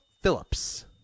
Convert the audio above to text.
phillips